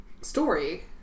story